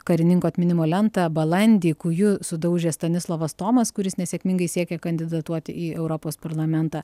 karininko atminimo lentą balandį kūju sudaužė stanislovas tomas kuris nesėkmingai siekia kandidatuoti į europos parlamentą